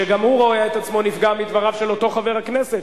שגם הוא רואה את עצמו נפגע מדבריו של אותו חבר הכנסת,